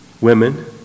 women